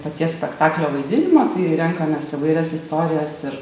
paties spektaklio vaidinimo tai renkamės įvairias istorijas ir